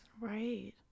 Right